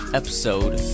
episode